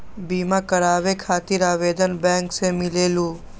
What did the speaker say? बिमा कराबे खातीर आवेदन बैंक से मिलेलु?